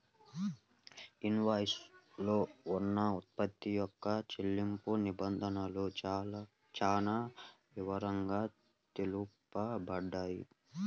invoice లో కొన్న ఉత్పత్తి యొక్క చెల్లింపు నిబంధనలు చానా వివరంగా తెలుపబడతాయి